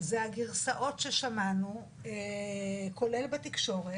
זה הגרסאות ששמענו, כולל בתקשורת,